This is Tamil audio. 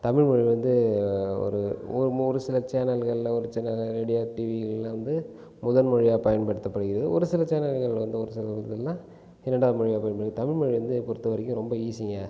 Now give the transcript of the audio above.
தமிழ்மொழி வந்து ஒரு ஒரு ஒரு சில சேனல்களில் ஒரு சில ரேடியா டிவிகளில் வந்து முதன் மொழியாக பயன்படுத்தப்படுகிறது ஒரு சில சேனல்கள் வந்து ஒரு சில இதுலலாம் இரண்டாவது மொழியாக பயன்படுது தமிழ் மொழி வந்து பொருத்த வரைக்கும் ரொம்ப ஈஸிங்க